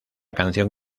canción